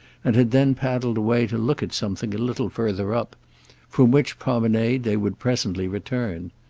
and had then paddled away to look at something a little further up from which promenade they would presently return.